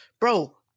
Bro